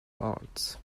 arts